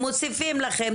מוסיפים לכם,